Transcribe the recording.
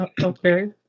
Okay